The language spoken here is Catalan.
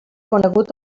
conegut